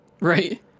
Right